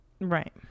Right